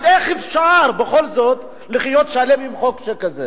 אז איך אפשר בכל זאת להיות שלם עם חוק שכזה?